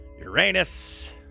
Uranus